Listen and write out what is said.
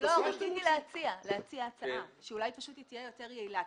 רציתי להציע לאדוני הצעה, שאולי תהיה יותר יעילה.